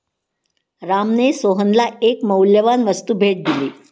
रामने सोहनला एक मौल्यवान वस्तू भेट दिली